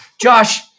Josh